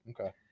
Okay